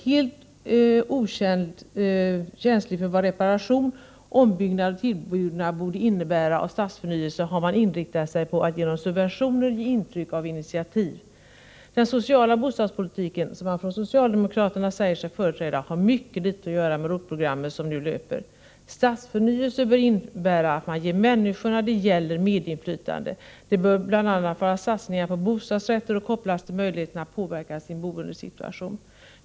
Helt okänslig för vad reparation, ombyggnad och tillbyggnad borde innebära i fråga om stadsförnyelse har regeringen inriktat sig på att genom subventioner ge intryck av initiativ. Den sociala bostadspolitiken, som man fråm socialdemokraterna säger sig företräda, har mycket litet att göra med det ROT-program som nu löper. Stadsförnyelse bör innebära att man ger de människor som det gäller medinflytande. Det bör bl.a. vara satsning på bostadsrätter och bör kopplas till möjligheten för människor att påverka sin boendesituation.